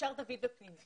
אפשר דוד ופנינה.